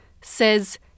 says